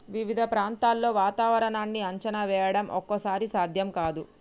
వివిధ ప్రాంతాల్లో వాతావరణాన్ని అంచనా వేయడం ఒక్కోసారి సాధ్యం కాదు